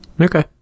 Okay